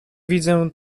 widzę